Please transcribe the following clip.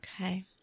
Okay